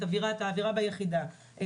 את האווירה ביחידה,